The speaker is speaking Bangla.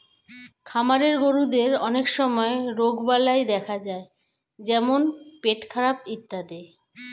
খামারের গরুদের অনেক সময় রোগবালাই দেখা যায় যেমন পেটখারাপ ইত্যাদি